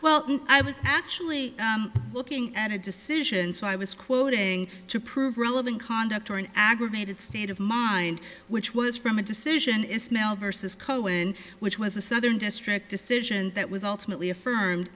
well i was actually looking at a decision so i was quoting to prove relevant conduct or an aggravated state of mind which was from a decision ismail versus cohen which was a southern district decision that was ultimately affirmed